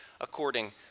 according